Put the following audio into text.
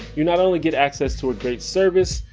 you not only get access to a great service,